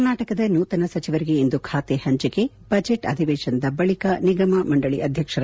ಕರ್ನಾಟಕದ ನೂತನ ಸಚಿವರಿಗೆ ಇಂದು ಖಾತೆ ಹಂಚಿಕೆ ಬಜೆಟ್ ಅಧಿವೇಶನದ ಬಳಿಕ ನಿಗಮ ಮಂಡಳಿ ಅಧ್ಯಕ್ಷರ